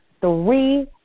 three